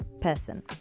person